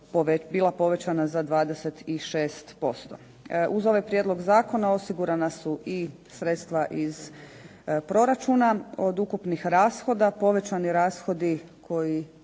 bila povećana za 26%. Uz ovaj prijedlog zakona osigurana su i sredstva iz proračuna. Od ukupnih rashoda povećani rashodi koji